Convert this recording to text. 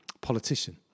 politician